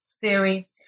theory